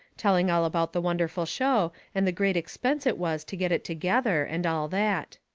telling all about the wonderful show, and the great expense it was to get it together, and all that.